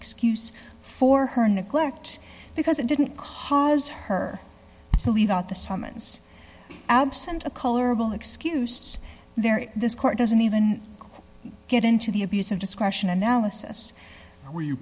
excuse for her neglect because it didn't cause her to leave out the summons absent a colorable excuse there this court doesn't even get into the abuse of discretion analysis w